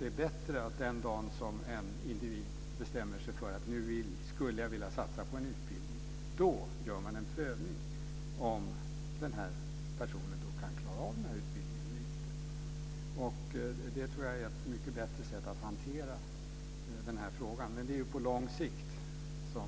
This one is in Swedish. Det är bättre att man, den dag som en individ bestämmer sig för att satsa på en utbildning, gör en prövning om den här personen kan klara av den utbildningen eller inte. Det tror jag är ett mycket bättre sätt att hantera den här frågan. På lång sikt ska